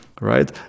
right